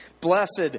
Blessed